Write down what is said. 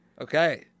Okay